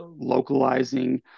localizing